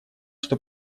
что